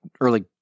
early